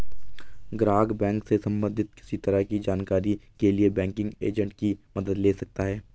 ग्राहक बैंक से सबंधित किसी तरह की जानकारी के लिए बैंकिंग एजेंट की मदद ले सकता है